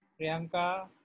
Priyanka